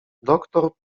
doktor